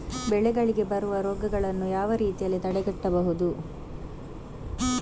ಬೆಳೆಗಳಿಗೆ ಬರುವ ರೋಗಗಳನ್ನು ಯಾವ ರೀತಿಯಲ್ಲಿ ತಡೆಗಟ್ಟಬಹುದು?